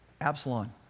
Absalom